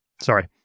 Sorry